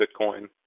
Bitcoin